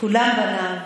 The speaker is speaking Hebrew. כולם בניו.